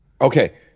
Okay